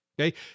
Okay